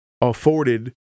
afforded